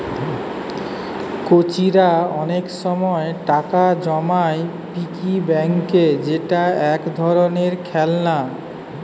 কচিরা অনেক সময় টাকা জমায় পিগি ব্যাংকে যেটা এক ধরণের খেলনা